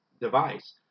device